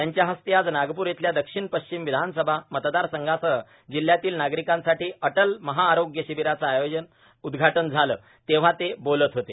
त्यांच्या हस्ते आज नागपूर इथल्या दक्षिण पश्चिम विधानसभा मतदारसंघासह जिल्हयातील नागरिकांसाठी अटल महाआरोग्य शिबीराचं उद्घाटन झालं तेव्हा ते बोलत होते